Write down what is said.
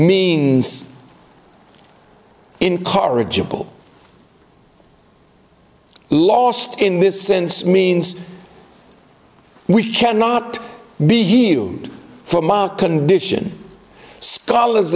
means incorrigible lost in this sense means we cannot be you from a condition scholars